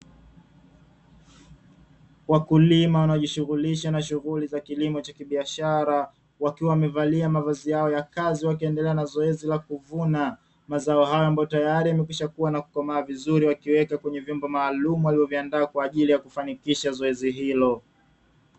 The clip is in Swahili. Wakulima wanaojihusisha na shughuli za kilimo cha kibiashara, wakiwa wamevalia mavazi yao ya kazi wakiendelea na kazi ya kuvuna mazao hayo ambayo yameshakua na ukomavu vizuri, wakiweka kwenye vyombo maalumu walivyoviandaa kwa ajili ya kufanikisha zoezi hilo.